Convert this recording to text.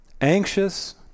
anxious